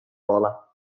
wolle